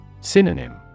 Synonym